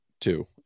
two